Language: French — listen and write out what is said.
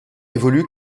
évolue